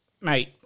mate